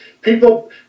People